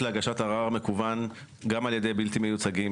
להגשת ערר מקוון גם על ידי בלתי מיוצגים,